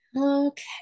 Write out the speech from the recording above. okay